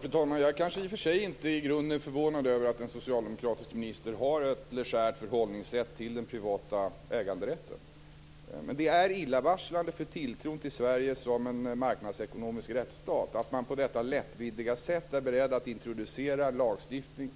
Fru talman! Jag kanske i och för sig i grunden inte är förvånad över att en socialdemokratisk minister har ett legärt förhållningssätt till den privata äganderätten. Men det är illavarslande för tilltron till Sverige som en marknadsekonomisk rättsstat att man på detta lättvindiga sätt är beredd att introducera en lagstiftning